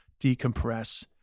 decompress